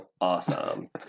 Awesome